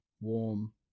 warm